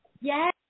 Yes